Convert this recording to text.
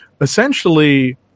Essentially